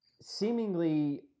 seemingly